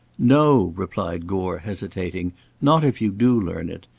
no! replied gore, hesitating not if you do learn it.